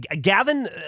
Gavin